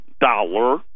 dollar